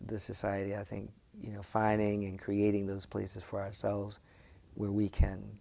the society i think you know finding and creating those places for ourselves where we can